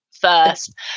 first